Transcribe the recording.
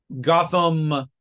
Gotham